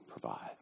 provides